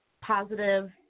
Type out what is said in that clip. positive